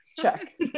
Check